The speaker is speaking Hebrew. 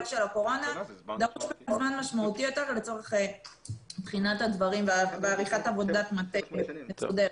יותר לצורך בחינת הדברים ועריכת עבודת מטה מסודרת.